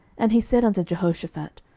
and he said unto jehoshaphat,